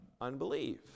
unbelief